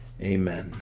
Amen